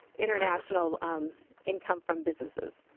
international um income from businesses.